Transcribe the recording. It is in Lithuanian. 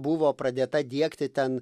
buvo pradėta diegti ten